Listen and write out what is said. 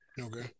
Okay